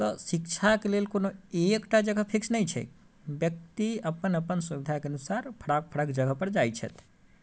तऽ शिक्षाके लिए कोनो एकटा जगह फिक्स नहि छै व्यक्ति अपन अपन सुविधाके अनुसार फराक फराक जगह पर जाइत छथि